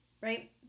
right